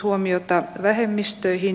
herr talman